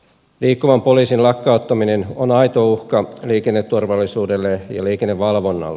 liikkuvan poliisin lakkauttaminen on aito uhka liikenneturvallisuudelle ja liikennevalvonnalle